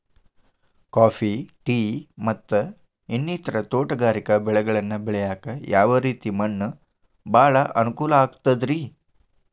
Coffee, tea, ಮತ್ತ ಇನ್ನಿತರ ತೋಟಗಾರಿಕಾ ಬೆಳೆಗಳನ್ನ ಬೆಳೆಯಾಕ ಯಾವ ರೇತಿ ಮಣ್ಣ ಭಾಳ ಅನುಕೂಲ ಆಕ್ತದ್ರಿ?